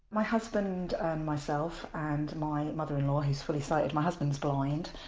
my husband and myself and my mother-in-law, who's fully sighted, my husband's blind,